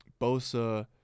Bosa